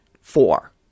four